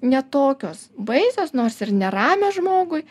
ne tokios baisios nors ir neramios žmogui